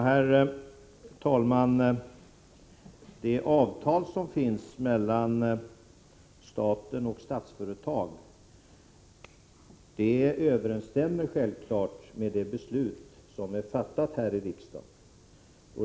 Herr talman! Det avtal som finns mellan staten och Statsföretag överensstämmer självfallet med det beslut som är fattat här i riksdagen.